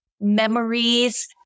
memories